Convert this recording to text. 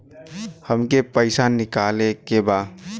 हमके पैसा निकाले के बा